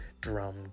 drum